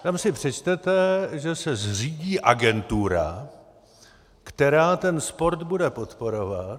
Tam si přečtete, že se zřídí agentura, která ten sport bude podporovat.